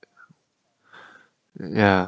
ya